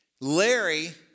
Larry